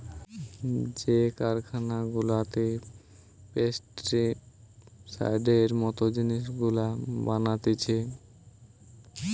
যে কারখানা গুলাতে পেস্টিসাইডের মত জিনিস গুলা বানাতিছে